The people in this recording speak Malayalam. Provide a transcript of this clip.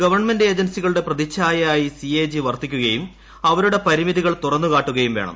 ഗവൺമെന്റ് ഏജൻസികളുടെ പ്രതിച്ഛായയായി സി എ ജി വർത്തിക്കുകയും അവരുടെ പരിമിതികൾ തുറന്നുകാട്ടുകയും വേണം